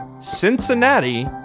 Cincinnati